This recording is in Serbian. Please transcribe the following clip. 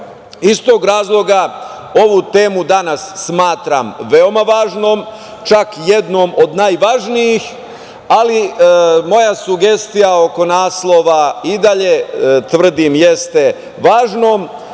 tog razloga ovu temu danas smatram veoma važnom, čak jednom od najvažnijih, ali moja sugestija oko naslova i dalje tvrdim, jeste važna,